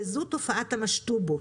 וזו תופעת ה"משטובות".